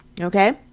Okay